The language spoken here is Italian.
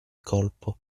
colpo